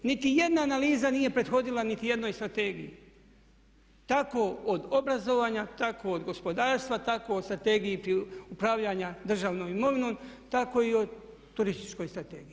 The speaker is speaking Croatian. Niti jedna analiza nije prethodila niti jednoj strategiji, tako od obrazovanja, tako od gospodarstva, tako o Strategiji upravljanja državnom imovinom, tako i o turističkoj strategiji.